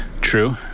True